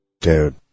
Dude